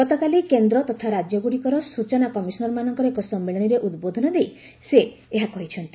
ଗତକାଲି କେନ୍ଦ୍ର ତଥା ରାଜ୍ୟ ଗୁଡ଼ିକର ସୂଚନା କମିଶନରମାନଙ୍କର ଏକ ସମ୍ମିଳନୀରେ ଉଦ୍ବୋଧନ ଦେଇ ସେ ଏହା କହିଛନ୍ତି